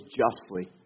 justly